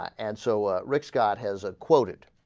and so ah. rick scott has a quoted